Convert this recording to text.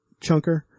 chunker